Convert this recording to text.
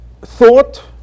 thought